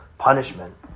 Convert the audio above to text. Punishment